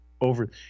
over